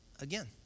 again